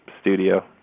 studio